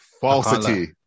falsity